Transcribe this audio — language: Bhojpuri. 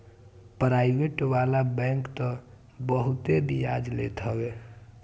पराइबेट वाला बैंक तअ बहुते बियाज लेत हवे